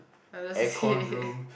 I love C_C_A